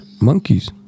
monkeys